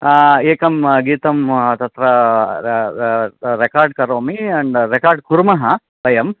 एकं गीतं तत्र रेकार्ड् करोमि रेकार्ड् कुर्मः वयम्